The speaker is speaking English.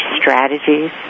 strategies